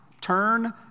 Turn